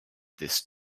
this